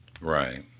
Right